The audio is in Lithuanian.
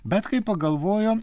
bet kai pagalvojo